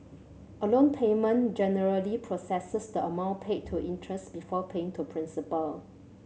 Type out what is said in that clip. a loan payment generally processes the amount paid to interest before paying to principal